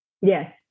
yes